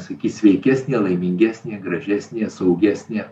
sakyt sveikesnė laimingesnė gražesnė saugesnė